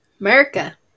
America